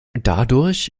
dadurch